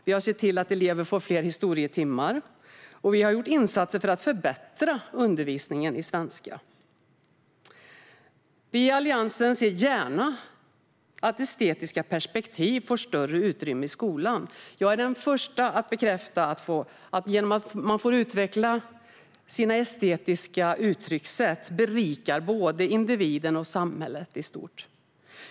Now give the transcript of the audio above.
Vi har sett till att elever får fler historietimmar, och vi har gjort insatser för att förbättra undervisningen i svenska. Vi i Alliansen ser gärna att estetiska perspektiv får större utrymme i skolan. Jag är den första att bekräfta att utveckling av estetiska uttryckssätt berikar både individen och samhället i stort.